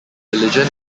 religion